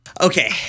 Okay